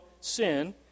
sin